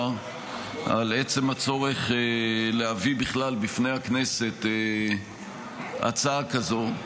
על עצם הצורך להביא בכלל בפני הכנסת הצעה כזאת,